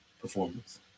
performance